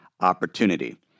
opportunity